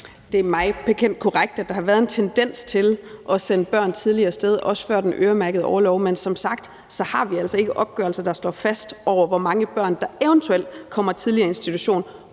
Det er mig bekendt korrekt, at der har været en tendens til at sende børn tidligt af sted, også før den øremærkede orlov, men som sagt har vi altså ikke opgørelser, der slår fast, hvor mange børn der eventuelt kommer tidligt i institution